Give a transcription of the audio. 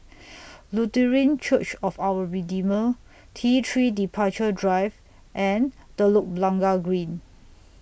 Lutheran Church of Our Redeemer T three Departure Drive and Telok Blangah Green